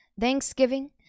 Thanksgiving